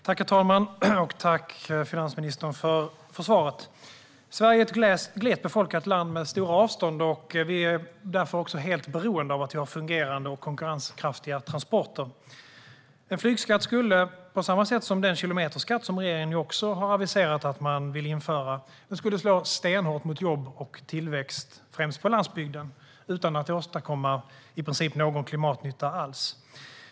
Herr talman! Tack, finansministern, för svaret! Sverige är ett glest befolkat land med stora avstånd, och vi är därför också helt beroende av fungerande och konkurrenskraftiga transporter. En flygskatt skulle, på samma sätt som den kilometerskatt som regeringen nu också har aviserat att man vill införa, slå stenhårt mot jobb och tillväxt främst på landsbygden utan att åstadkomma i princip någon klimatnytta alls.